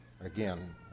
again